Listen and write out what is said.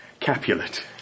Capulet